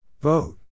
Vote